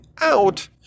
out